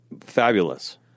Fabulous